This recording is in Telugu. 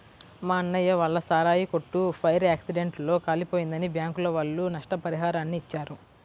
మా అన్నయ్య వాళ్ళ సారాయి కొట్టు ఫైర్ యాక్సిడెంట్ లో కాలిపోయిందని బ్యాంకుల వాళ్ళు నష్టపరిహారాన్ని ఇచ్చారు